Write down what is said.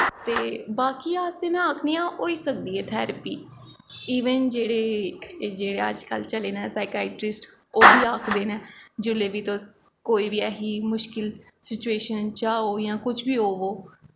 ते बाकियें आस्तै में आखनी आं होई सकदी ऐ थैरपी इवन जेह्ड़े जेह्ड़े अज्ज कल चले न साइकैट्रिस्ट ओह् बी आखदे न जिसलै बी तुस कोई बी ऐसी मुश्किल सिचुएशन च हो जां कुछ बी ओ